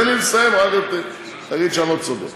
תן לי לסיים, אחר כך תגיד שאני לא צודק.